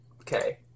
Okay